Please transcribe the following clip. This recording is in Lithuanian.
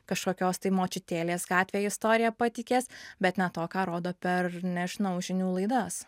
kažkokios tai močiutėlės gatvėj istorija patikės bet ne to ką rodo per nežinau žinių laidas